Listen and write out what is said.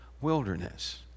wilderness